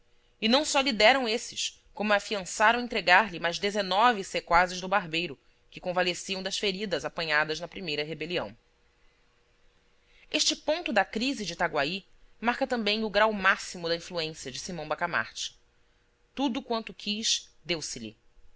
e não só lhe deram esses como afiançaram entregarlhe mais dezenove sequazes do barbeiro que convalesciam das feridas apanhadas na primeira rebelião este ponto da crise de itaguaí marca também o grau máximo da influência de simão bacamarte tudo quanto quis